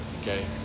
okay